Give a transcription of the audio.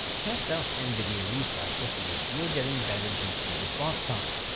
test out nvidia reflex to see if you're getting better gp response times.